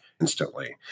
instantly